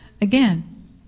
again